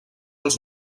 els